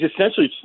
essentially